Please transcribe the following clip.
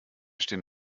stehen